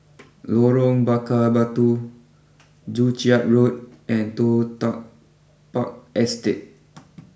Lorong Bakar Batu Joo Chiat Road and Toh Tuck Park Estate